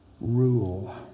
rule